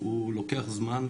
הוא לוקח זמן,